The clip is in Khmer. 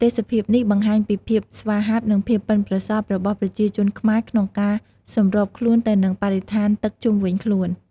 ទេសភាពនេះបង្ហាញពីភាពស្វាហាប់ និងភាពប៉ិនប្រសប់របស់ប្រជាជនខ្មែរក្នុងការសម្របខ្លួនទៅនឹងបរិស្ថានទឹកជុំវិញខ្លួន។